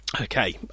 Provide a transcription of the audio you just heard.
Okay